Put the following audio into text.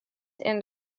and